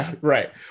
Right